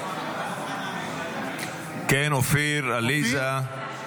כן, אופיר, עליזה.